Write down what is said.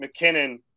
McKinnon